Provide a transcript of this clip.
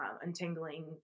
Untangling